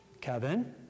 Kevin